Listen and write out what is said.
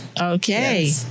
Okay